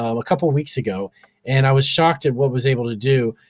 um a couple weeks ago and i was shocked at what was able to do.